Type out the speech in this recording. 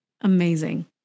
Amazing